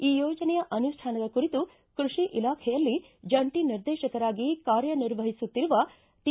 ಈ ಯೋಜನೆಯ ಅನುಷ್ಠಾನದ ಕುರಿತು ಕೃಷಿ ಇಲಾಖೆಯಲ್ಲಿ ಜಂಟ ನಿರ್ದೇಶಕರಾಗಿ ಕಾರ್ಯ ನಿರ್ವಹಿಸುತ್ತಿರುವ ಟಿ